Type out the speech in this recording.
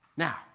Now